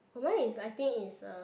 one is I think is uh